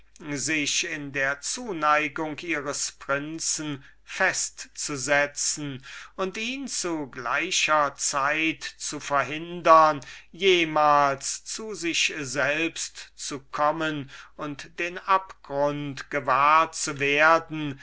sich in der zuneigung des prinzen fest zu setzen und ihn zu gleicher zeit zu verhindern jemals zu sich selbst zu kommen und den abgrund gewahr zu werden